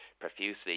profusely